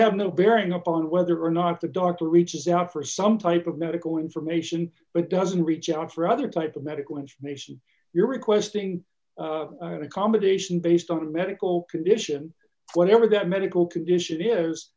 have no bearing upon whether or not the doctor reaches out for some type of medical information but doesn't reach out for other type of medical information you're requesting an accommodation based on a medical condition whatever that medical condition is